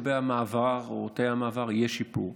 לגבי המעבר או תאי המעבר, יש שיפור.